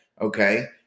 okay